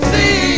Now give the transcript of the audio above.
See